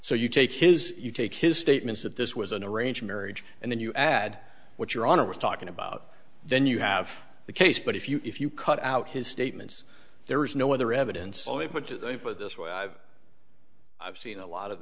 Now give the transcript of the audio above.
so you take his you take his statements that this was an arranged marriage and then you add what your honor was talking about then you have the case but if you if you cut out his statements there is no other evidence only put to think of this way i've i've seen a lot of